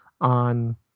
on